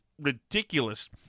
ridiculous